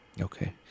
Okay